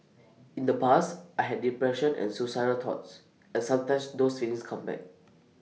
in the past I had depression and suicidal thoughts and sometimes those feelings come back